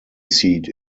seat